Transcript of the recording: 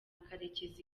karekezi